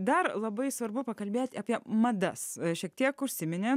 dar labai svarbu pakalbėti apie madas šiek tiek užsiminėm